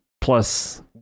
Plus